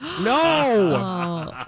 No